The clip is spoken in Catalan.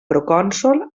procònsol